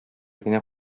генә